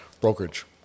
brokerage